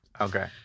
okay